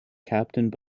captained